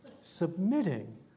submitting